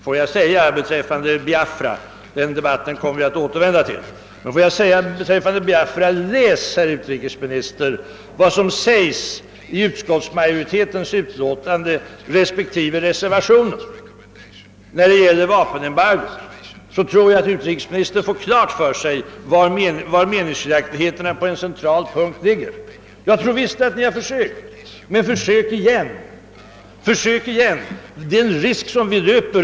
Jag vill dessutom beträffande Biafra, som vi senare skall återkomma till, uppmana utrikesministern att läsa vad som anförs i utskottsmajoritetens utlåtande respektive i reservationen beträffande vapenembargot. I så fall tror jag att utrikesministern får klart för sig var meningsskiljaktigheterna ligger på en central punkt. Jag tror visst att Ni har försökt, men försök igen!